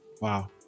Wow